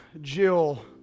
Jill